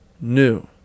new